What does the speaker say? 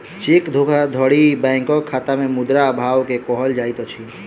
cheque धोखाधड़ी बैंकक खाता में मुद्रा अभाव के कहल जाइत अछि